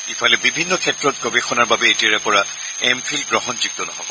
ইফালে বিভিন্ন ক্ষেত্ৰত গৱেষণাৰ বাবে এতিয়াৰে পৰা এমফিল গ্ৰহণযোগ্য নহ'ব